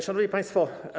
Szanowni Państwo!